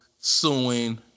suing